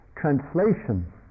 translation